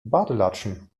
badelatschen